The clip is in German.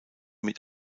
mit